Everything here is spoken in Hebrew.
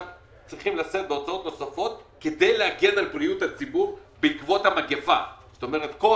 צריכים לשאת בהוצאות נוספות כדי להגן על בריאות הציבור ממגפת הקורונה.